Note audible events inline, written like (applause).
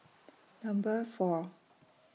(noise) Number four